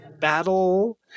battle –